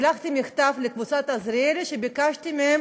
שלחתי מכתב ל"קבוצת עזריאלי" וביקשתי מהם